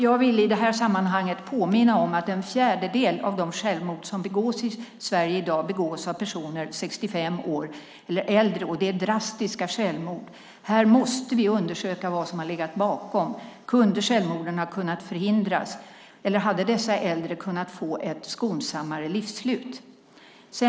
Jag vill i det här sammanhanget påminna om att en fjärdedel av de självmord som begås i Sverige i dag begås av personer som är 65 år eller äldre. Det är drastiska självmord. Här måste vi undersöka vad som har legat bakom. Kunde självmorden ha förhindrats, eller hade dessa äldre kunnat få ett skonsammare livsslut?